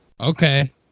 Okay